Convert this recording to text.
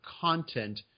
content